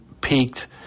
peaked